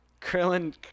Krillin